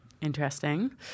Interesting